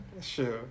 Sure